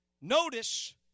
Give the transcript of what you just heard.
Notice